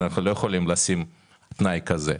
אנחנו לא יכולים לשים תנאי כזה.